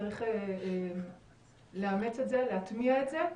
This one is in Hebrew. צריך לאמץ את זה, להטמיע את זה,